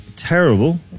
Terrible